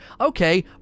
okay